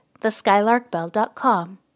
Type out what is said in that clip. theskylarkbell.com